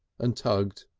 and tugged.